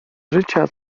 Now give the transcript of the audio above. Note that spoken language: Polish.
życia